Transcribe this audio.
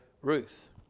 Ruth